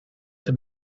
have